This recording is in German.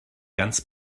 ganz